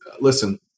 listen